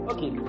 Okay